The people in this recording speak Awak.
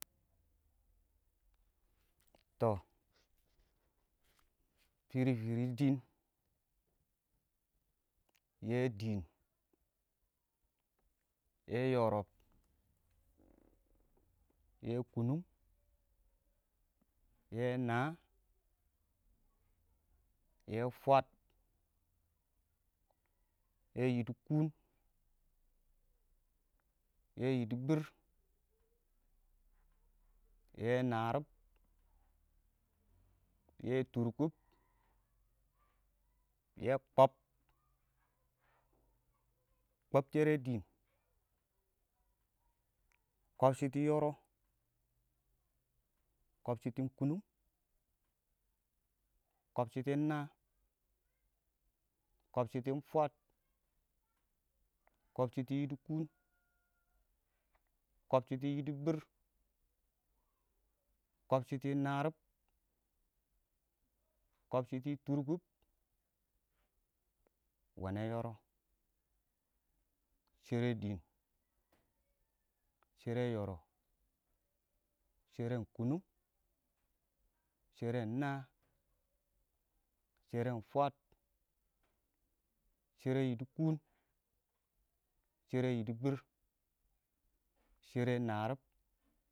Tɔ fɪrɪ-fɪrɪ, ingdiin yɛ dɪɪn, yɛ yɔrɔb yɛ kʊnʊng yɛ naa yɛ fwaəd, yɛ yiɪdɪkʊn, yɛ yɪdɪbɪr, yɛ yiɪdɪkʊn, yɛ yɪdɪbɪr, yɛ naarib, yɛ tʊrkʊb yɛ kɔb, kɔb shɛrɛ dɪɪn, kɔb shiri yɔro, kɔb shitin kʊnʊng, kob shitin naa kunungi, kobshitin naa, kobshitin fwaəd, kɔbshɪtɪ yidi kunɔ, kɔbshɪtɪ yɪdɪbɪr, kɔbshɪtɪ naarib, kɔbshɪtɪ tʊrkʊb, wene yoro, shɛrɛ dɪɪn, shɛrɛ yoro, sheren kʊnʊng, sheren naa, sheren fwaəd, shɛrɛ yiɪdɪkʊn, shɛrɛ yidi bɪr, shɛrɛ naarib.